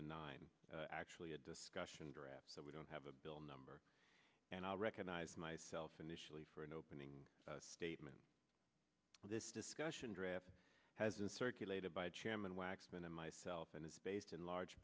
and nine actually a discussion draft so we don't have a bill number and i recognize myself initially for an opening statement but this discussion draft has been circulated by chairman waxman and myself and it's based in large